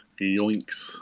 Yoinks